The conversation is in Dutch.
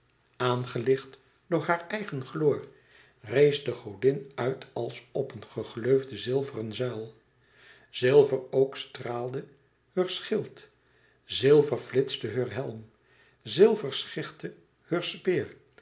door haar eigen gloor rees de godin uit als op een gegleufde zilveren zuil zilver ook straalde heur schild zilver flitste heur helm zilver schichtte heur speer